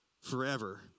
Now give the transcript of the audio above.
forever